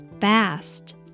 fast